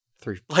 Three